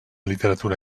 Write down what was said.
literatura